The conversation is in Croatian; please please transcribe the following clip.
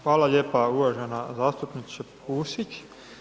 Hvala lijepa uvažena zastupnice Pusić.